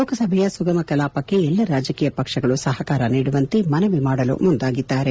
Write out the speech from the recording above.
ಲೋಕಸಭೆಯ ಸುಗಮ ಕಲಾಪಕ್ಕೆ ಎಲ್ಲ ರಾಜಕೀಯ ಪಕ್ಷಗಳು ಸಹಕಾರ ನೀಡುವಂತೆ ಮನವಿ ಮಾಡಲು ಮುಂದಾಗಿದ್ದಾರೆ